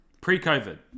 Pre-COVID